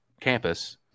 campus